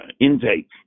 intake